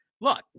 look